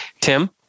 Tim